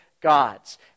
Gods